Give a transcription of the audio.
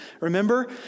remember